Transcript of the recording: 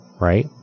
right